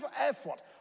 effort